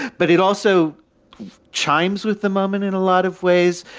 but it also chimes with the moment in a lot of ways.